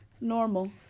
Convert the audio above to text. Normal